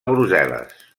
brussel·les